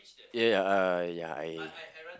ya I ya I